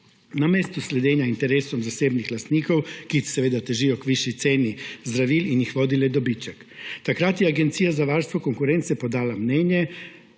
namesto sledenja interesom zasebnih lastnikov, ki seveda težijo k višji ceni zdravil in jih vodi le dobiček. Takrat je Agencija za varstvo konkurence podala mnenje,